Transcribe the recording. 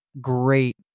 great